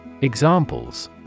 Examples